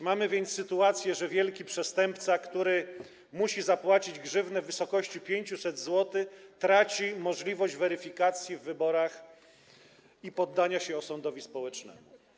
Mamy więc sytuację, że wielki przestępca, który musi zapłacić grzywnę w wysokości 500 zł, traci możliwość weryfikacji w wyborach i poddania się osądowi społecznemu.